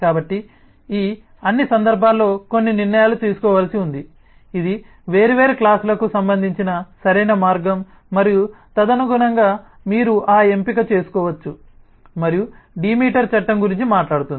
కాబట్టి ఈ అన్ని సందర్భాల్లో కొన్ని నిర్ణయాలు తీసుకోవలసి ఉంది ఇది వేర్వేరు క్లాస్ లకు సంబంధించిన సరైన మార్గం మరియు తదనుగుణంగా మీరు ఆ ఎంపిక చేసుకోవచ్చు మరియు డిమీటర్ చట్టం law of Demeter గురించి మాట్లాడుతుంది